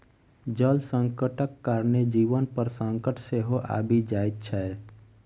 जल संकटक कारणेँ जीवन पर संकट सेहो आबि जाइत छै